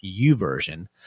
uversion